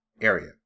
area